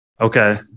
Okay